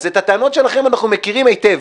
אז את הטענות שלכם אנחנו מכירים היטב.